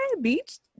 beach